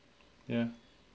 ya